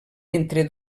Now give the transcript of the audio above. entre